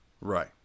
right